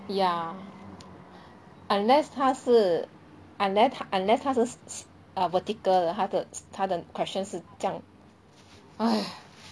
ya unless 他是 unle~ unless 他是 err vertical 的他的他的 questions 是这样 !hais!